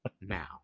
now